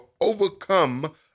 overcome